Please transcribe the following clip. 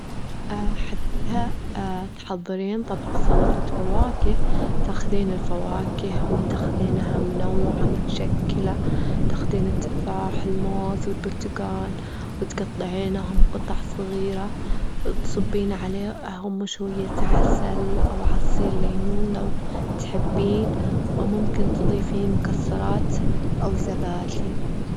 حتى تحضرين طبق سلطة فواكه، تاخدين الفواكه وتاخدينها منوعة متشكلة، تاخدين التفاح الموز البرتجان، وتجطعينهم جطع صغيرة، تصبين عليهم شوية عسل أو عصير ليمون لو تحبين، أو ممكن تضيفين مكسرات أو زبادي.